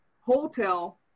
hotel